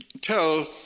tell